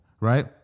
right